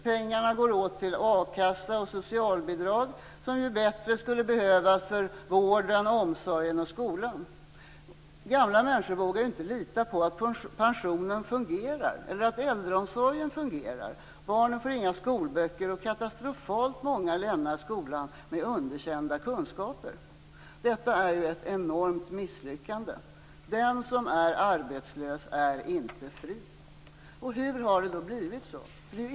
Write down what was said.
Pengarna går åt till a-kassa och socialbidrag när de bättre skulle behövas för vården, omsorgen och skolan. Gamla människor vågar inte lita på att pensionen eller äldreomsorgen fungerar. Barnen får inga skolböcker, och katastrofalt många lämnar skolan med underkända kunskaper. Detta är ett enormt misslyckande. Den som är arbetslös är inte fri. Hur har det då blivit så?